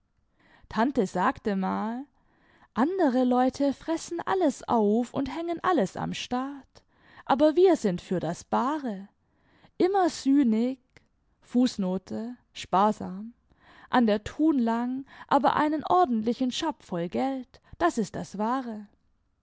tante sagte mal andere leute fressen alles auf und hängen alles am staat aber wir sind für das bare immer sünig an der thun lang aber einen ordentlichen schapp voll geld das ist das wahre